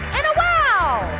and a wow!